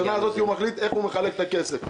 בשנה הזו הוא מחליט איך הוא מחלק את הכסף,